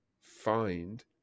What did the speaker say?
find